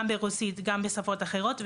גם ברוסית וגם בשפות אחרות.